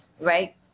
right